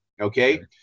Okay